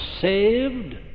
saved